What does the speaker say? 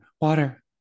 water